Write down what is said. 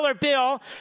bill